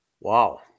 Wow